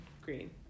green